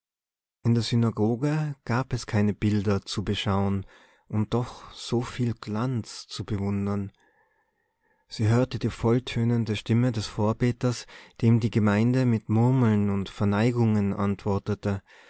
in der synagoge gab es keine bilder zu beschauen und doch so viel glanz zu bewundern sie hörte die volltönende stimme des vorbeters dem die gemeinde mit murmeln und verneigungen antwortete